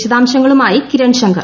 വിശദാംശങ്ങളുമായി കിരൺ ശങ്കർ